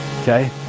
Okay